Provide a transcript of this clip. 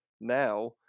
now